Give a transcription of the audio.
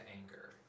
anger